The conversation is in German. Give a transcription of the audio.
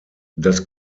das